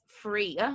free